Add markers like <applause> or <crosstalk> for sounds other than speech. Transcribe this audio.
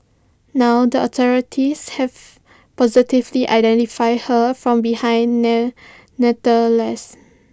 now the authorities have positively identified her from behind <unintelligible> <unintelligible>